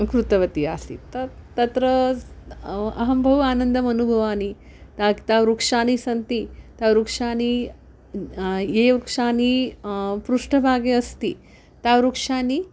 कृतवती आसीत् तत् तत्र अहं बहु आनन्दम् अनुभवानि ताः ताः वृक्षाः सन्ति ताः वृक्षाः ये वृक्षाः पृष्ठभागे अस्ति ताः वृक्षाः